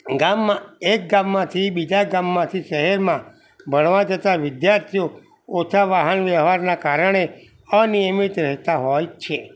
ગામમાં એક ગામમાંથી બીજા ગામમાંથી શહેરમાં ભણવા જતા વિદ્યાર્થી ઓછા વાહન વ્યવહારના કારણે અનિયમિત રહેતા હોય છે